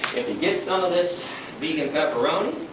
get some of this vegan pepperoni,